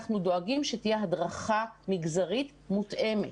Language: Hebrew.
אנחנו דואגים שתהיה הדרכה מגזרית מותאמת.